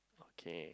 okay